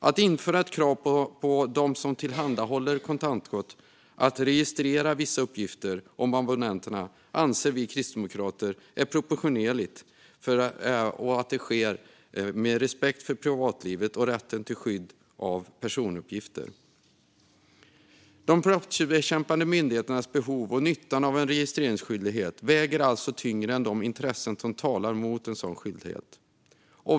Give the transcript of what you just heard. Att införa ett krav på dem som tillhandahåller kontantkort att registrera vissa uppgifter om abonnenterna anser vi kristdemokrater är proportionerligt och sker med respekt för privatlivet och rätten till skydd av personuppgifter. De brottsbekämpande myndigheternas behov och nyttan med en registreringsskyldighet väger alltså tyngre än de intressen som talar mot en sådan skyldighet.